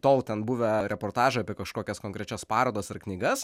tol ten buvę reportažai apie kažkokias konkrečias parodos ar knygas